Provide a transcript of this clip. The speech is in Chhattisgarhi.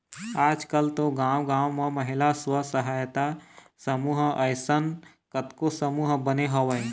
आजकल तो गाँव गाँव म महिला स्व सहायता समूह असन कतको समूह बने हवय